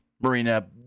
Marina